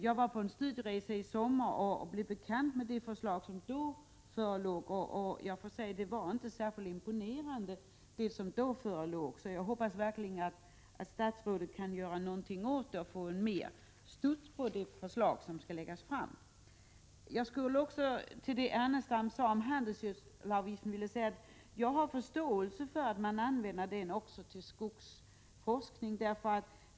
Jag var på studieresa där i somras och blev bekant med de förslag som då förelåg, och jag måste säga att de inte var särskilt imponerande. Jag hoppas verkligen att statsrådet kan göra något för att få mer studs på de förslag som skall läggas fram. Till det Lars Ernestam framhöll om handelsgödselavgiften vill jag säga att jag har förståelse för att man använder denna avgift också till skogsforskningen.